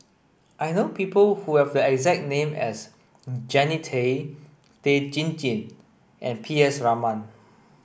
I know people who have a exact name as Jannie Tay Tan Chin Chin and P S Raman